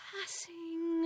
Passing